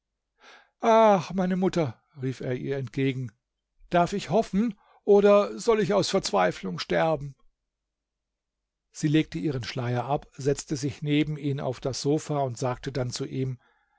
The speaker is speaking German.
meine mutter rief er ihr entgegen darf ich hoffen oder soll ich aus verzweiflung sterben sie legte ihren schleier ab setzte sich neben ihn auf das sofa und sagte dann zu ihm